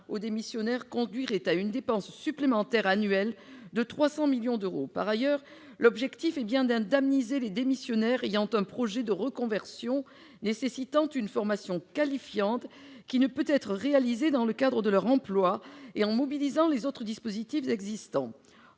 aux démissionnaires conduirait à une dépense supplémentaire de 300 millions d'euros par an. Par ailleurs, l'objectif est bien d'indemniser les démissionnaires ayant un projet de reconversion nécessitant une formation qualifiante, qui ne peut être réalisée dans le cadre de leur emploi et en mobilisant les autres dispositifs existants.